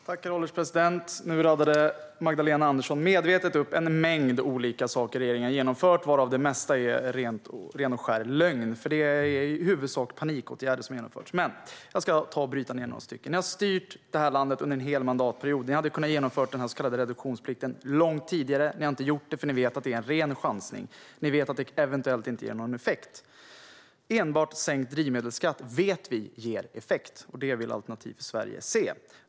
Herr ålderspresident! Nu radade Magdalena Andersson medvetet upp en mängd olika saker som regeringen har genomfört, varav det mesta är ren och skär lögn. Det handlar i huvudsak om panikåtgärder som har vidtagits. Jag vill bryta ned några av dem. Ni har styrt landet under en hel mandatperiod. Ni hade kunnat genomföra den så kallade reduktionsplikten långt tidigare. Ni har inte gjort det, för ni vet att det är en ren chansning och att det eventuellt inte ger någon effekt. Vi vet att enbart sänkt drivmedelsskatt ger effekt. Det vill Alternativ för Sverige se.